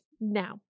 now